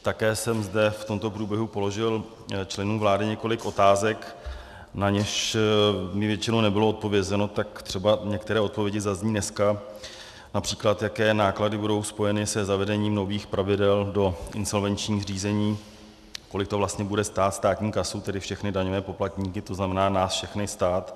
Také jsem zde v tomto průběhu položil členům vlády několik otázek, na něž mi většinou nebylo odpovězeno, tak třeba některé odpovědi zazní dneska, např. jaké náklady budou spojeny se zavedením nových pravidel do insolvenčních řízení, kolik to vlastně bude stát státní kasu, tedy všechny daňové poplatníky, tzn. nás všechny, stát.